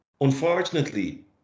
unfortunately